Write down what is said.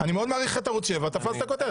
אני מאוד מעריך את ערוץ 7 תפסת כותרת.